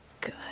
good